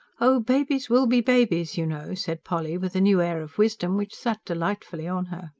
oh, babies will be babies, you know! said polly, with a new air of wisdom which sat delightfully on her.